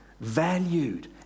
valued